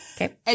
Okay